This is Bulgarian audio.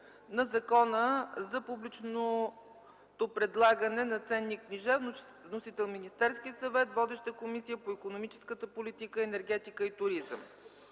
на Закона за публичното предлагане на ценни книжа. Вносител – Министерският съвет. Водеща е Комисията по икономическа политика, енергетика и туризъм.